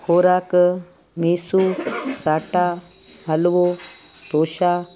ख़ोराक मेसू साटा हल्वो तोशा